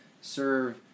serve